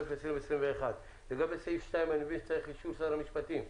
התשפ"א-2021 בדבר התקנת מערכת עזר לנהג להתרעה על השארת ילדים ברכב.